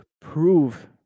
prove